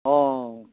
অঁ